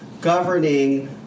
governing